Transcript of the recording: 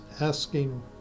asking